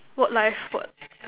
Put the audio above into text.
work life what